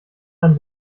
ein